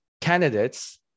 candidates